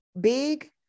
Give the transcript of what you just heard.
Big